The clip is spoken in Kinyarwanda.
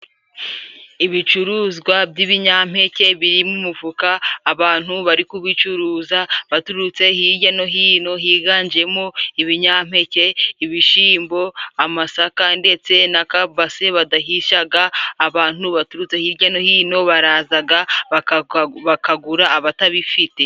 Ibicuruzwa by'ibinyampeke biri mu mufuka abantu bari kubicuruza baturutse hirya no hino, higanjemo ibinyampeke, ibishimbo, amasaka ndetse n'akabase badahishaga. Abantu baturutse hirya no hino barazaga bakagura abatabifite.